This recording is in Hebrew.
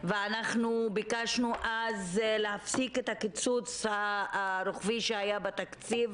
אנחנו ביקשנו אז להפסיק את הקיצוץ הרוחבי שהיה בתקציב,